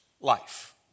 life